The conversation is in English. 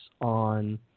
on